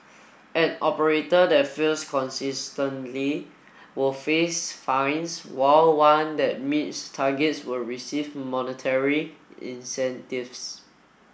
an operator that fails consistently will face fines while one that meets targets will receive monetary incentives